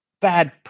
bad